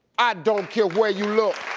i don't care where you look!